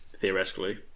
theoretically